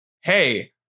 hey